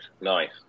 Nice